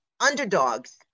underdogs